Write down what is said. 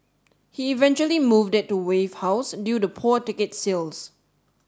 he eventually moved it to Wave House due to poor ticket sales